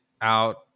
out